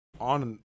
on